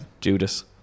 Judas